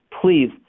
Please